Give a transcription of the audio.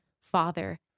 father